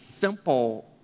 simple